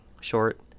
short